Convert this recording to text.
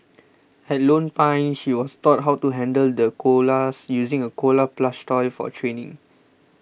at Lone Pine she was taught how to handle the koalas using a koala plush toy for training